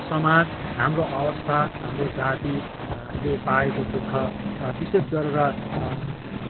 समाज हाम्रो अवस्था हाम्रो जातिले पाएको दुःख विशेष गरेर